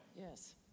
Yes